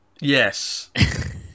Yes